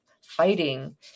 fighting